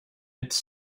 its